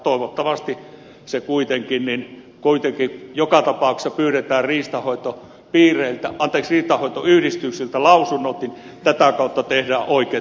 toivottavasti kuitenkin joka tapauksessa pyydetään riistanhoitoyhdistyksiltä lausunnot ja tätä kautta tehdään oikeita päätöksiä